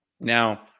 Now